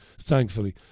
Thankfully